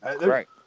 Right